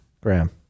Graham